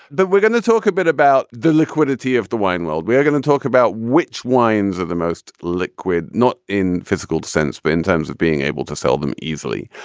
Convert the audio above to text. but we're going to talk a bit about the liquidity of the wine world. we're going to talk about which wines are the most liquid, not in physical sense, but in terms of being able to sell them easily.